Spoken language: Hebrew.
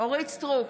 אורית מלכה סטרוק,